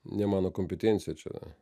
ne mano kompetencija čia